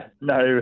no